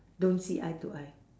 don't see eye to eye